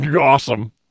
Awesome